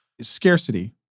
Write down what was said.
scarcity